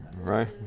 right